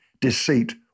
deceit